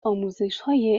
آموزشهای